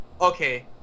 okay